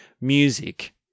music